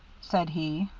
said he.